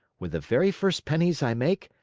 with the very first pennies i make,